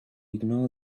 ignore